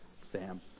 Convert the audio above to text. Sam